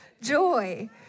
joy